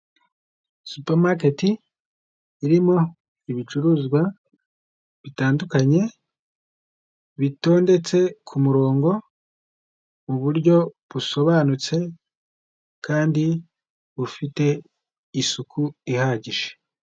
Supamaketi irimo ibicuruzwa bitandukanye, bitondetse ku murongo mu buryo busobanutse kandi bufite isuku ihagije.